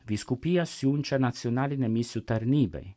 vyskupija siunčia nacionalinę misijų tarnybai